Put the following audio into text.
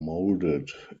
moulded